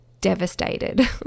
devastated